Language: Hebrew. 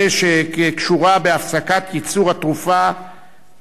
מה לחבר כנסת יהודי ול"דיגוקסין",